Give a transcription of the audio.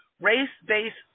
Race-based